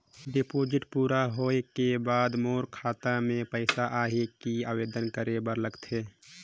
Deposit पूरा होय के बाद मोर खाता मे पइसा आही कि आवेदन करे बर लगथे?